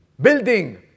building